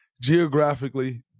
geographically